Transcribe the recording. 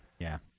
yeah.